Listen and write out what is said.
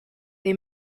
they